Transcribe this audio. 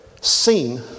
seen